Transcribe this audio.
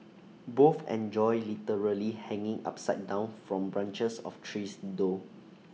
both enjoy literally hanging upside down from branches of trees though